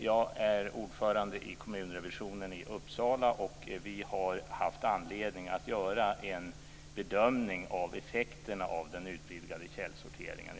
Jag är ordförande i kommunrevisionen i Uppsala, och vi har haft anledning att göra en bedömning av effekterna av den utvidgade källsorteringen.